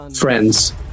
friends